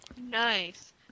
Nice